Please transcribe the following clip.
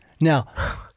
Now